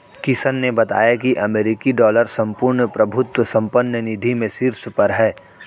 किशन ने बताया की अमेरिकी डॉलर संपूर्ण प्रभुत्व संपन्न निधि में शीर्ष पर है